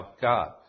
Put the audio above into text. God